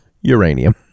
uranium